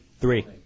three